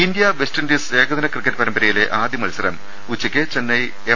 India West Indies ഏകദിന cricket പ്രമ്പരയിലെ ആദ്യമത്സരം ഉച്ചക്ക് ചെന്നൈ എം